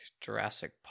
Jurassic